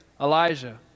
Elijah